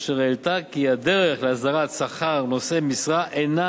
אשר העלתה כי הדרך להסדרת שכר נושאי משרה אינה